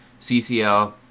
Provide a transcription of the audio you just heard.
CCL